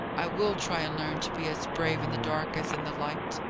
i will try and learn to be as brave in the dark as in the light.